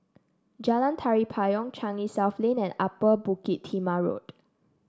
Jalan Tari Payong Changi South Lane and Upper Bukit Timah Road